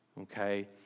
Okay